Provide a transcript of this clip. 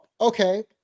okay